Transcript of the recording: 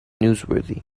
newsworthy